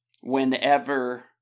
whenever